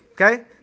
okay